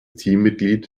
teammitglied